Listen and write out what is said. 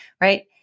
right